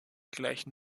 gleichen